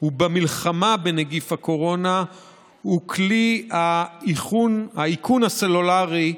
ובמלחמה בנגיף הקורונה הוא כלי האיכון הסלולרי,